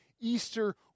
Easter